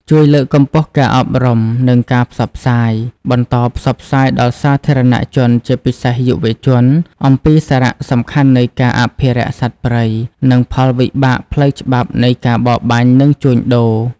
ជួយលើកកម្ពស់ការអប់រំ និងការផ្សព្វផ្សាយ បន្តផ្សព្វផ្សាយដល់សាធារណជន ជាពិសេសយុវជន អំពីសារៈសំខាន់នៃការអភិរក្សសត្វព្រៃ និងផលវិបាកផ្លូវច្បាប់នៃការបរបាញ់ និងជួញដូរ។